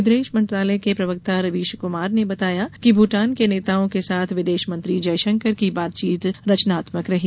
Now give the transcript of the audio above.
विदेश मंत्रालय के प्रवक्ता रवीश कुमार ने बताया कि भूटान के नेताओं के साथ विदेशमंत्री जयशंकर की बातचीत रचनात्मक रही